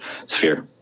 sphere